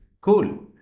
cool